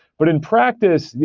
but in practice, yeah